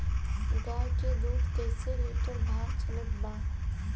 गाय के दूध कइसे लिटर भाव चलत बा?